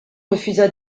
refusa